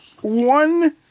one